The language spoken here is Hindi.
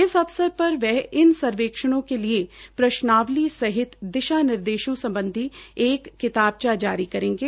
इस अवसर पर वह इन सर्वेक्षणों के लिए प्रश्नावली सहित दिशा निर्देशों सम्बधी एक किताब्चा जारी करेगे